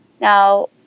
now